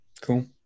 Cool